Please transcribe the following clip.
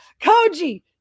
Koji